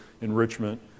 enrichment